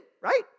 right